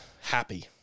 happy